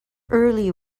early